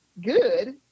good